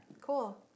Cool